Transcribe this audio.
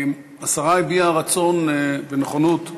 השרה הביעה רצון ונכונות .